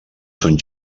són